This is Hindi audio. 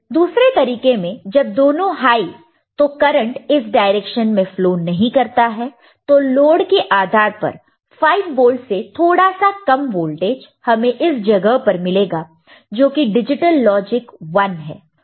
दूसरे तरीके में जब दोनों हाई तो करंट इस डायरेक्शन में फ्लो नहीं करता तो लोड के आधार पर 5 वोल्ट से थोड़ा सा कम वोल्टेज हमें इस जगह पर मिलेगा जो कि डिजिटल लॉजिक 1 है